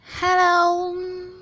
Hello